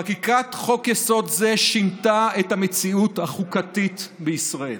חקיקת חוק-יסוד זה שינתה את המציאות החוקתית בישראל.